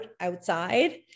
outside